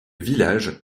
village